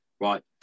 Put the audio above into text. right